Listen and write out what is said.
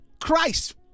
Christ